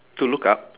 to look up